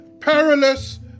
Perilous